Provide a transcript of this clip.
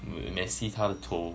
messi 他的头